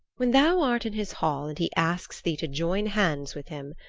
when thou art in his hall and he asks thee to join hands with him,